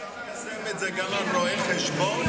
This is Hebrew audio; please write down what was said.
את זה גם עם רואי החשבון?